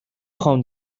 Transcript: خوام